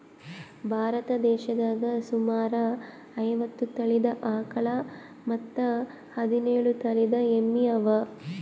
ಭಾರತ್ ದೇಶದಾಗ್ ಸುಮಾರ್ ಐವತ್ತ್ ತಳೀದ ಆಕಳ್ ಮತ್ತ್ ಹದಿನೇಳು ತಳಿದ್ ಎಮ್ಮಿ ಅವಾ